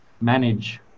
manage